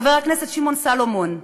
חבר הכנסת שמעון סלומון,